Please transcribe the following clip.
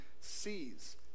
sees